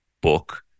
book